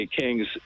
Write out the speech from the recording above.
Kings